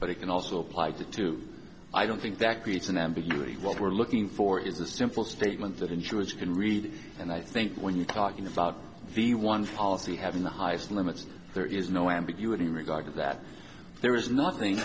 but it can also apply to two i don't think that creates an ambiguity what we're looking for is a simple statement that insurers can read and i think when you're talking about the one policy having the highest limits there is no ambiguity in regard to that there is nothing